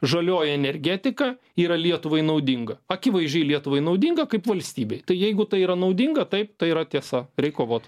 žalioji energetika yra lietuvai naudinga akivaizdžiai lietuvai naudinga kaip valstybei tai jeigu tai yra naudinga taip tai yra tiesa reik kovot